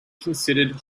considered